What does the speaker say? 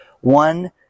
One